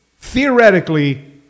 theoretically